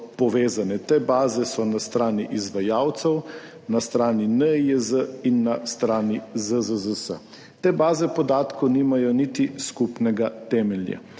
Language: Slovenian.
povezane. Te baze so na strani izvajalcev, na strani NIJZ in na strani ZZZS. Te baze podatkov nimajo niti skupnega temelja.